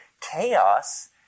chaos